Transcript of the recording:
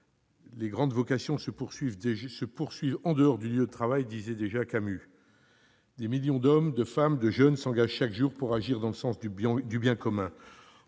« Les grandes vocations se poursuivent en dehors du lieu de travail » disait déjà Camus. Des millions d'hommes, de femmes, de jeunes s'engagent chaque jour pour agir en faveur du bien commun.